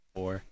Four